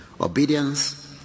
obedience